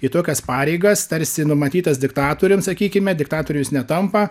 į tokias pareigas tarsi numatytas diktatorium sakykime diktatoriu jis netampa